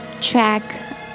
track